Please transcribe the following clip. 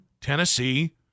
Tennessee